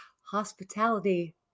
hospitality